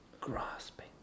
Grasping